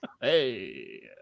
Hey